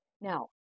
Now